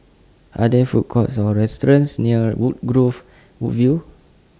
Are There Food Courts Or restaurants near Woodgrove View